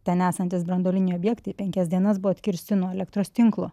ten esantys branduoliniai objektai penkias dienas buvo atkirsti nuo elektros tinklo